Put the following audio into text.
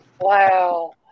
Wow